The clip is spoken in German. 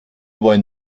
wollen